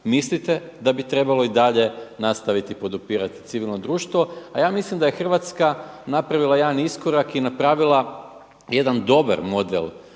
mislite da bi trebalo i dalje nastaviti podupirati civilno društvo. A ja mislim da je Hrvatska napravila jedan iskorak i napravila jedan dobar model